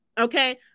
Okay